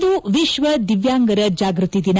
ಇಂದು ವಿಶ್ವ ದಿವ್ಯಾಂಗರ ಜಾಗೃತಿ ದಿನ